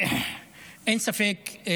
אין ספק,